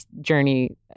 journey